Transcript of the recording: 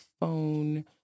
phone